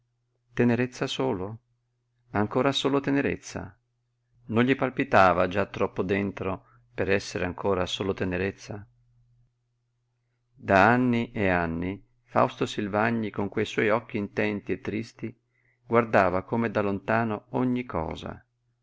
tenerezza solo ancora solo tenerezza non gli palpitava già troppo dentro per essere ancora solo tenerezza da anni e anni fausto silvagni con quei suoi occhi intenti e tristi guardava come da lontano ogni cosa